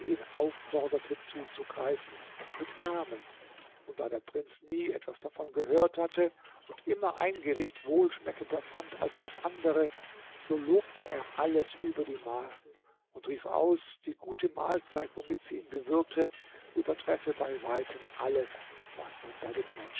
ihn aufforderte zuzugreifen mit namen und da der prinz nie etwas davon gehört hatte und immer ein gericht wohlschmeckender fand als das andere so lobte er alles über die maßen und rief aus die gute mahlzeit womit sie ihn bewirte übertreffe bei weitem alles was man bei den